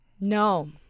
no